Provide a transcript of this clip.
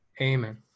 Amen